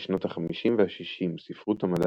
בשנות החמישים והשישים ספרות המדע